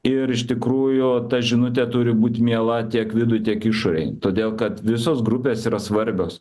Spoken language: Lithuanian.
ir iš tikrųjų ta žinutė turi būt miela tiek viduj tiek išorėj todėl kad visos grupės yra svarbios